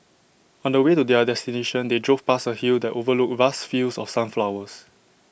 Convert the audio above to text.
on the way to their destination they drove past A hill that overlooked vast fields of sunflowers